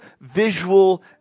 visual